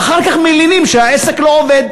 ואחר כך מלינים שהעסק לא עובד?